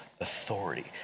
authority